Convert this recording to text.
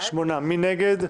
מי נגד?